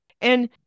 And-